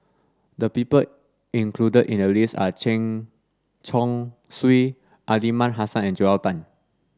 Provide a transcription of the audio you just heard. the people included in the list are Chen Chong Swee Aliman Hassan and Joel Tan